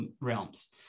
Realms